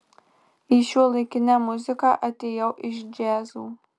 į šiuolaikinę muziką atėjau iš džiazo